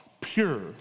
pure